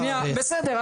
בסדר.